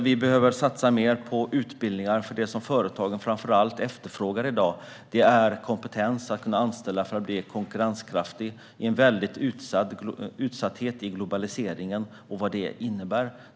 Vi behöver satsa mer på utbildning i det som företagen framför allt efterfrågar i dag. Det är kompetens för att företagen ska kunna anställa och bli konkurrenskraftiga i en tid av utsatthet till följd av globaliseringen och vad den innebär.